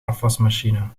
afwasmachine